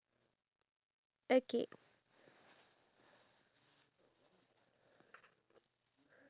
the fact that I don't know the outcome of it then I will find it oh it's too risky for me so I'm not gonna go for it